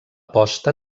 posta